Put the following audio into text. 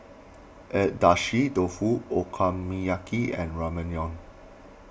Agedashi Dofu Okonomiyaki and Ramyeon